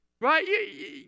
Right